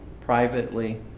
privately